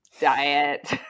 diet